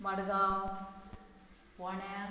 Madgaon Ponda